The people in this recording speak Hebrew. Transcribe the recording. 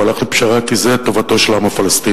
הוא הלך לפשרה כי זו טובתו של העם הפלסטיני.